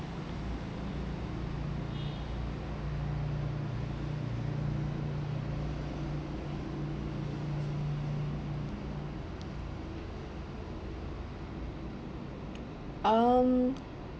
um